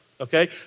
okay